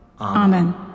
Amen